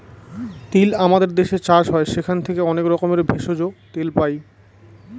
তিল আমাদের দেশে চাষ হয় সেখান থেকে অনেক রকমের ভেষজ, তেল পাই